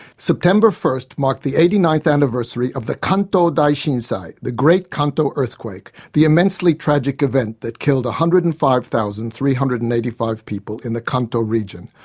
september first marked the eighty ninth anniversary of the kanto daishinsai, the great kanto earthquake, the immensely tragic event that killed one hundred and five thousand three hundred and eighty five people in the kanto region,